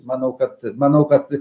manau kad manau kad